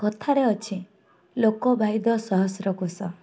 କଥାରେ ଅଛି ଲୋକ ବାଇଦ ସହସ୍ର କୋଶ